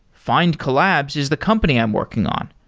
findcollabs is the company i'm working on.